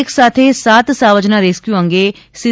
એક સાથે સાત સાવજના રેસ્ક્યુ અંગે સી